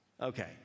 okay